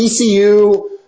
ECU